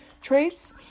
traits